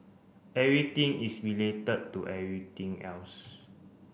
everything is related to everything else